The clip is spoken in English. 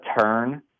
turn